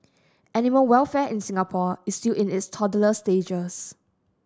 animal welfare in Singapore is still in its toddler stages